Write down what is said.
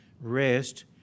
rest